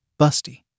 busty